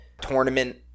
tournament